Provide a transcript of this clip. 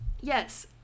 yes